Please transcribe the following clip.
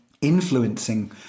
influencing